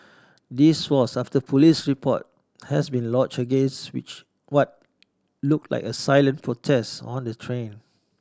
this was after a police report has been lodged against which what looked like a silent protest on the train